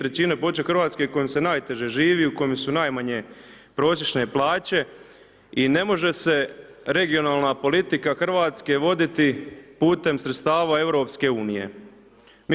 3 područja Hrvatske u kojem se najteže živi, u kojem su najmanje prosječne plaće i ne može se regionalna politika Hrvatske voditi putem sredstava Europske unije.